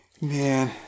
man